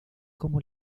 como